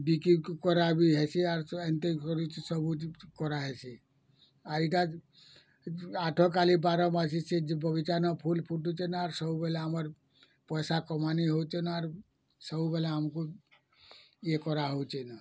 ବିକି କରା ବି ହେସି ଆର୍ ଛୁଆ ଏନ୍ତି କରିଛି ସବୁ କରା ହେସି ଏଇଟା ଆଠ କାଲି ବାର ମାସି ସେ ବଗିଚା ନ ଫୁଲ୍ ଫୁଟୁଛି ନା ଆର୍ ସବୁବେଲେ ଆମର୍ ପଇସା କମାନି ହଉଛି ନା ଆର୍ ସବୁବେଲେ ଆମକୁ ଇଏ କରା ହେଉଚି ନ